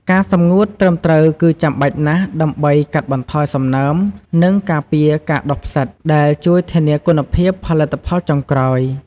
ការសម្ងួតត្រឹមត្រូវគឺចាំបាច់ណាស់ដើម្បីកាត់បន្ថយសំណើម និងការពារការដុះផ្សិត ដែលជួយធានាគុណភាពផលិតផលចុងក្រោយ។